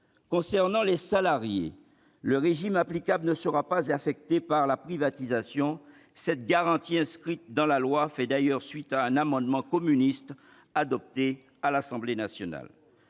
Concernant les salariés, le régime applicable ne sera pas affecté par la privatisation. Cette garantie inscrite dans la loi fait d'ailleurs suite à un amendement communiste adopté à l'Assemblée nationale.